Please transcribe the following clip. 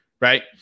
right